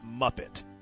Muppet